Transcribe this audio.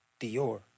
Dior